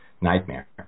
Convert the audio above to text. Nightmare